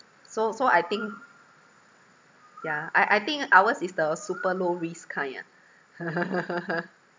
so so I think yeah I I think ours is the super low risk kind ah